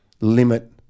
limit